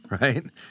Right